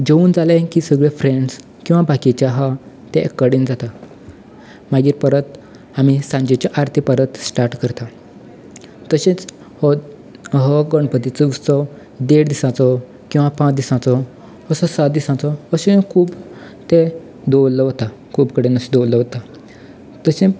जेवन जाले की सगले फ्रेंड्स किंवा बाकीचे आसा ते एक कडेन जाता मागीर परत आमी सांजेच्या आरती परत स्टार्ट करता तशेंच हो गणपतीचो उत्सव देड दिसाचो किंवा पांच दिसांचो सात दिसांचो अशे खूब दवरले वता खूब कडेन अशे दवरले वता